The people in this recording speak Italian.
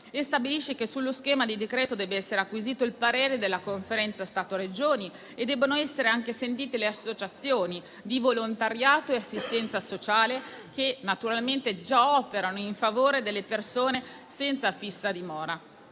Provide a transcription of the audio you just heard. inoltre, che sullo schema di decreto deve essere acquisito il parere della Conferenza Stato-Regioni e debbano essere anche sentite le associazioni di volontariato e assistenza sociale che naturalmente già operano in favore delle persone senza fissa dimora.